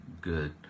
good